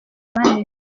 bane